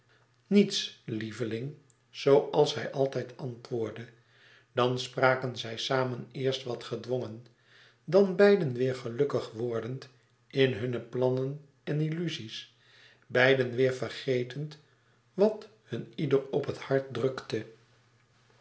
niets lieveling zoo als hij altijd antwoordde dan spraken zij samen eerst wat gedwongen dan beiden weêr gelukkig wordend in hunne plannen en illuzies beiden weer vergetend wat hun ieder op het hart drukte